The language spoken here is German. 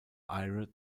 eyre